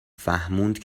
فهموند